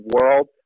World